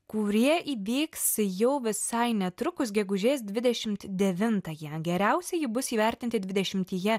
kurie įvyks jau visai netrukus gegužės dvidešimt devintąją geriausieji bus įvertinti dvidešimtyje